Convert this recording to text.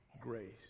grace